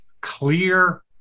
clear